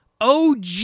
OG